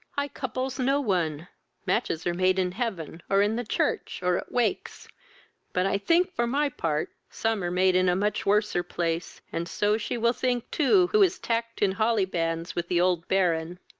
i couples no one matches are made in heaven, or in the church, or at wakes but i think, for my part, some are made in a much worser place, and so she will think too who is tacked in hollybands with the old baron.